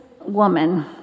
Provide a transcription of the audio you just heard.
woman